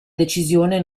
decisione